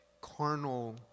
carnal